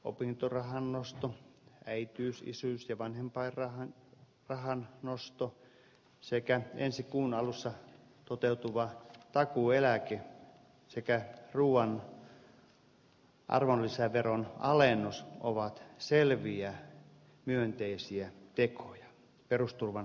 opintorahan nosto äitiys isyys ja vanhempainrahan nosto sekä ensi kuun alussa toteutuva takuueläke sekä ruoan arvonlisäveron alennus ovat selviä myönteisiä tekoja perusturvan kohentamiseksi